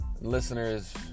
listeners